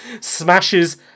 smashes